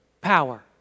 power